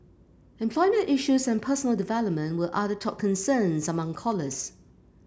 employment issues and personal development were other top concerns among callers